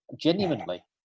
genuinely